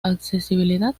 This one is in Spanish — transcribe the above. accesibilidad